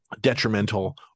detrimental